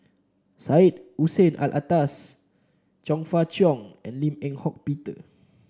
Syed Hussein Alatas Chong Fah Cheong and Lim Eng Hock Peter